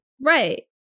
Right